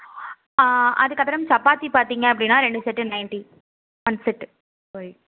அதுக்கப்புறம் சப்பாத்தி பார்த்தீங்க அப்படின்னா ரெண்டு செட்டு நைன்ட்டி ஒன் செட்டு